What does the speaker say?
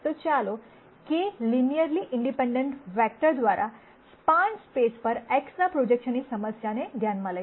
તો ચાલો k linearly independent vector દ્વારા સ્પાન સ્પેસ પર X ના પ્રોજેકશન ની સમસ્યાને ધ્યાનમાં લઈએ